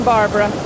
Barbara